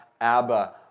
Abba